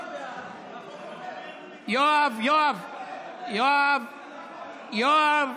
יואב, יואב, יואב,